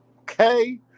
Okay